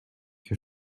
que